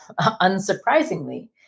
unsurprisingly